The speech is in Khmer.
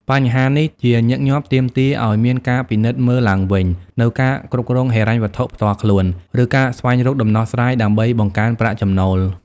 បញ្ហានេះជាញឹកញាប់ទាមទារឲ្យមានការពិនិត្យមើលឡើងវិញនូវការគ្រប់គ្រងហិរញ្ញវត្ថុផ្ទាល់ខ្លួន ឬការស្វែងរកដំណោះស្រាយដើម្បីបង្កើនប្រាក់ចំណូល។